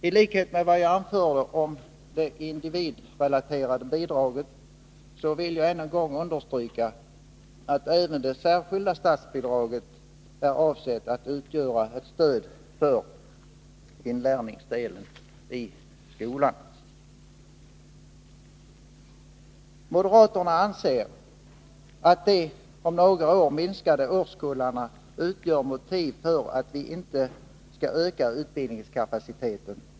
Tlikhet med vad jag anförde om de individrelaterade bidragen vill jag än en gång understryka att även det särskilda statsbidraget är avsett att utgöra ett stöd för inlärningsdelen i skolan. Moderaterna anser att de om några år minskade årskullarna utgör motiv för att vi inte skall öka utbildningskapaciteten.